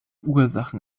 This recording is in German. ursachen